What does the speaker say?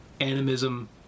Animism